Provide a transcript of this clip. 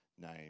name